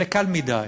זה קל מדי.